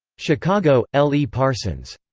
chicago l. e. parsons.